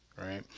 Right